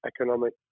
economic